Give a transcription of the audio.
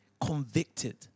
convicted